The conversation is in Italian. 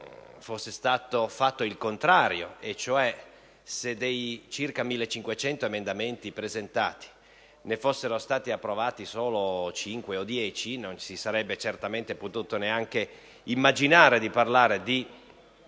se dei circa 1.500 emendamenti presentati ne fossero stati approvati solo cinque o dieci, non si sarebbe potuto neanche immaginare di parlare di